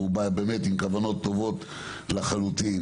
שבא עם כוונות טובות לחלוטין,